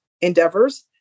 endeavors